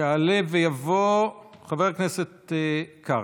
יעלה ויבוא חבר הכנסת קרעי.